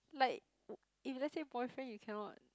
like if let's say boyfriend you cannot